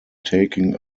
taking